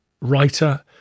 writer